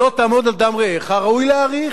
"לא תעמוד על דם רעך" ראוי להאריך.